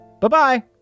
Bye-bye